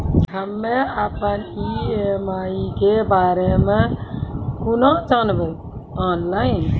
हम्मे अपन ई.एम.आई के बारे मे कूना जानबै, ऑनलाइन?